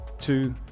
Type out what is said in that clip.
two